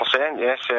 Yes